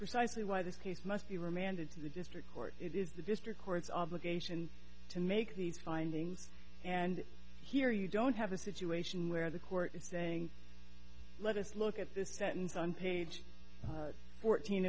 precisely why this case must be remanded to the district court it is the district court's obligation to make these findings and here you don't have a situation where the court is saying let us look at this sentence on page fourteen